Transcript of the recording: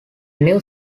new